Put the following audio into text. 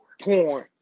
porn